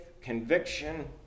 conviction